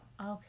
Okay